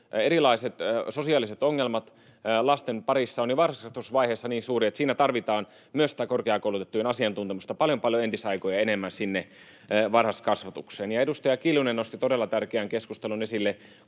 erilaiset sosiaaliset ongelmat, lasten parissa ovat jo varhaiskasvatusvaiheessa niin suuria, että myös korkeakoulutettujen asiantuntemusta tarvitaan paljon paljon entisaikoja enemmän sinne varhaiskasvatukseen. Edustaja Kiljunen nosti esille todella tärkeän keskustelun kuntien